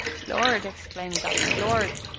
lord! exclaimed dutton, lord!